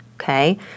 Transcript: okay